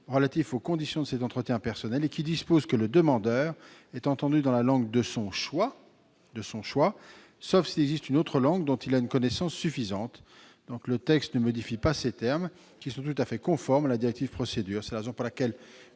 relatif aux conditions de l'entretien personnel, qui dispose que le demandeur « est entendu dans la langue de son choix, sauf s'il existe une autre langue dont il a une connaissance suffisante ». Le texte ne modifie pas ces termes, qui sont tout à fait conformes à la directive Procédures.